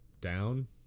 down